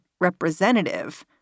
representative